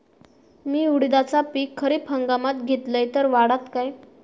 मी उडीदाचा पीक खरीप हंगामात घेतलय तर वाढात काय?